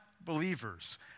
believers